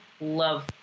love